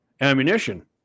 ammunition